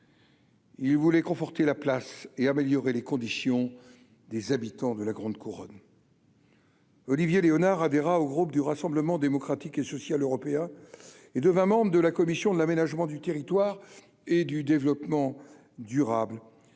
Il voulait conforter la place et améliorer les conditions des habitants de la grande couronne. Olivier Léonard adhéra au groupe du Rassemblement démocratique et social européen et devint membre de la commission de l'aménagement du territoire et du développement durable,